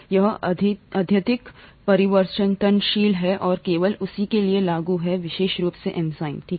यह अत्यधिक परिवर्तनशील है और केवल उसी के लिए लागू है विशेष रूप से एंजाइम ठीक है